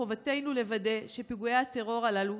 חובתנו לוודא שפיגועי הטרור הללו,